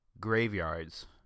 graveyards